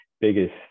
biggest